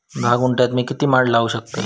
धा गुंठयात मी किती माड लावू शकतय?